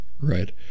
Right